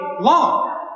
long